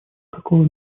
такого